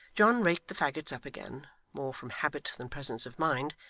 john raked the faggots up again, more from habit than presence of mind,